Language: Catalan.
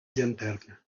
llanterna